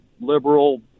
liberal